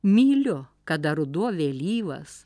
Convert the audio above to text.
myliu kada ruduo vėlyvas